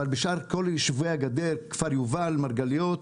ובשאר כל יישובי הגדר, כפר יובל, מרגליות,